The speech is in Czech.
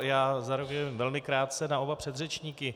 Já zareaguji velmi krátce na oba předřečníky.